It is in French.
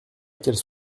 qu’elles